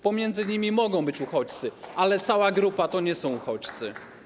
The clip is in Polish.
Pomiędzy nimi mogą być uchodźcy, ale cała grupa to nie są uchodźcy.